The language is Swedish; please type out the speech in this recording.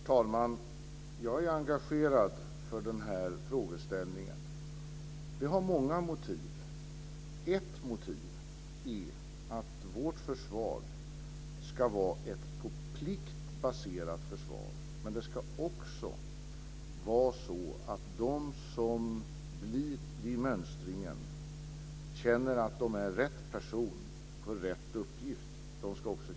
Herr talman! Jag är engagerad för den här frågeställningen. Det finns många motiv till det. Ett motiv är att vårt försvar ska vara ett på plikt baserat försvar. De värnpliktiga ska vid mönstringen känna att de är rätt person för rätt uppgift.